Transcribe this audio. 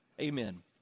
Amen